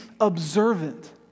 observant